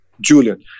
Julian